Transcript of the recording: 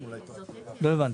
אין כלום.